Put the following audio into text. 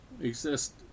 exist